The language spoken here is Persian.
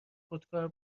خودکار